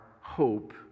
hope